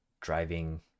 driving